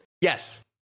Yes